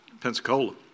Pensacola